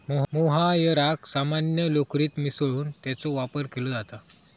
मोहायराक सामान्य लोकरीत मिसळून त्याचो वापर केलो जाता